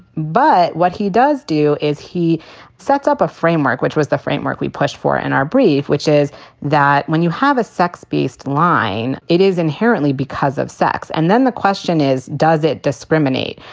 but what he does do is he sets up a framework which was the framework we pushed for in our brief, which is that when you have a sex based line, it is inherently because of sex. and then the question is, does it discriminate?